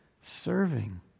serving